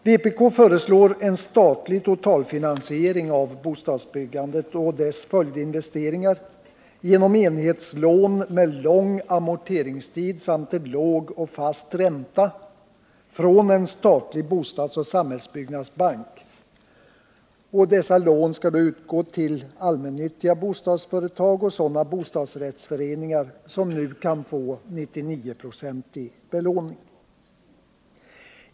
Vpk föreslår en statlig totalfinansiering av bostadsbyggandet och dess följdinvesteringar genom enhetslån med lång amorteringstid samt till låg och fast ränta från en statlig bostadsoch samhällsbyggnadsbank. Dessa lån skall då utgå till allmännyttiga bostadsföretag och sådana bostadsrättsföreningar som nu kan få 99-procentig belåning.